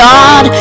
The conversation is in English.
God